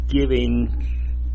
giving